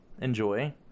enjoy